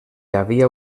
havia